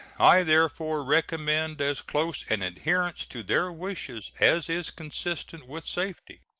i therefore recommend as close an adherence to their wishes as is consistent with safety.